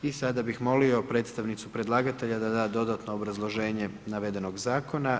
I sada bih molio predstavnicu predlagatelja da da dodatno obrazloženje navedenog zakona.